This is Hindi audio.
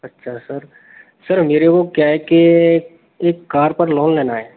अच्छा सर सर मेरे को क्या है के एक कार पर लोन लेना है